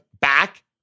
back